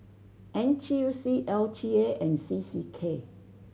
N T U C L T A and C C K